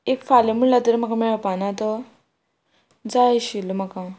एक फाल्यां म्हणल्यार तरी म्हाका मेळपाना तो जाय आशिल्लो म्हाका